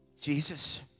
Jesus